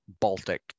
Baltic